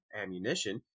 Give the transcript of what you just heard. ammunition